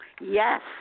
Yes